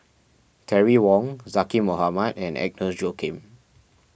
Terry Wong Zaqy Mohamad and Agnes Joaquim